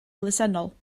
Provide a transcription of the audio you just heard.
elusennol